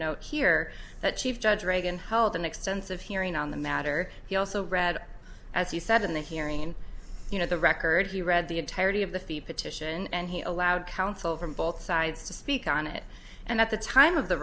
note here that chief judge reagan held an extensive hearing on the matter he also read as you said in the hearing and you know the record he read the entirety of the fee petition and he allowed counsel from both sides to speak on it and at the time of the